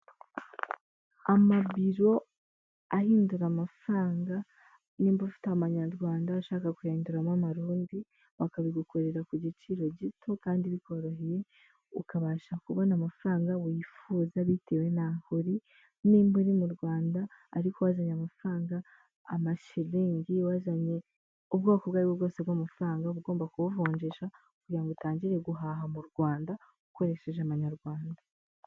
Amabiro ahindura amafaranga nimba ufite Amanyarwanda ashaka kuyahinduramo Amarundi bakabigukorera ku giciro gito kandi bikoroheye. Ukabasha kubona amafaranga wifuza bitewe naho uri. Nimba uri mu Rwanda ariko wazanye amafaranga y'Amashilingi wazanye ubwoko ubwo ari bwo bwose bw'amafaranga ugomba kubuvunjisha, kugira utangire guhaha mu Rwanda ukoresheje Amanyarwanda.